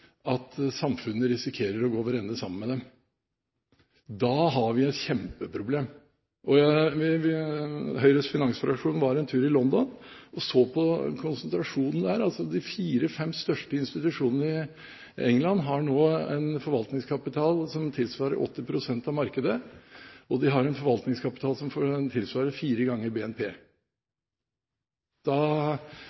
at samfunnet risikerer å gå over ende sammen med dem. Da har vi et kjempeproblem. Høyres finansfraksjon var en tur i London og så på konsentrasjonen der. De fire–fem største institusjonene i England har nå en forvaltningskapital som tilsvarer 80 pst. av markedet, og de har en forvaltningskapital som tilsvarer fire ganger BNP.